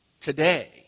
today